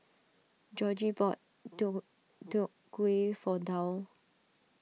Georgie bought Deodeok Gui for Dow